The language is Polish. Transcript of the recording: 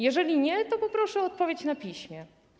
Jeżeli nie, to poproszę odpowiedź na piśmie.